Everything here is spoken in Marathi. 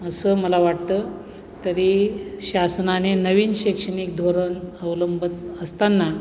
असं मला वाटतं तरी शासनाने नवीन शैक्षणिक धोरण अवलंबत असतांना